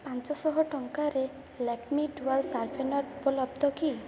ପାଞ୍ଚଶହ ଟଙ୍କାରେ Lakme dual sharpener ଉପଲବ୍ଧ କି